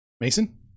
Mason